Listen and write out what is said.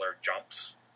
jumps